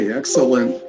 excellent